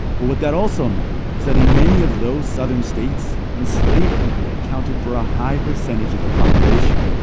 but what that also meant was that in many of those southern states, enslaved people accounted for a high percentage of the population.